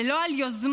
ולא על יוזמות